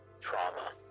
trauma